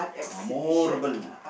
memorable